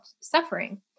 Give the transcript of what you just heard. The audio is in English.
suffering